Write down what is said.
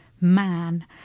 man